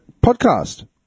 podcast